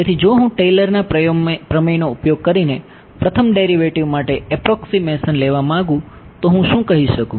તેથી જો હું ટેલરના પ્રમેયનો ઉપયોગ કરીને પ્રથમ ડેરિવેટિવ માટે એપ્રોક્સીમેશન લેવા માંગું તો હું શું કહી શકું